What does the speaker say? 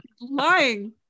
Lying